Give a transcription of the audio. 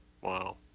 Wow